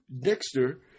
Dexter